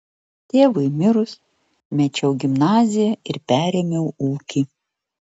tėvui mirus mečiau gimnaziją ir perėmiau ūkį